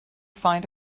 find